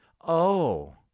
Oh